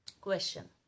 question